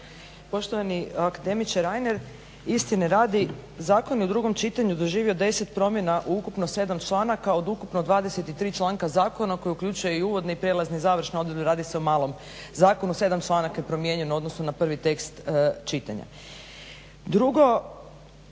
Poštovani akademiče Reiner istine radi zakon je u drugom čitanju doživio 10 promjena u ukupno 7 članaka, od ukupno 23 članka zakona, a koji uključuje i uvodne, i prijelazne i završne odredbe, radi se o malom zakonu. 7 članaka je promijenjeno u odnosu na prvi tekst čitanja. Drugo,